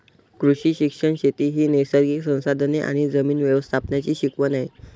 कृषी शिक्षण शेती ही नैसर्गिक संसाधने आणि जमीन व्यवस्थापनाची शिकवण आहे